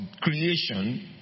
creation